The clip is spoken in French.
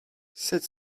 sept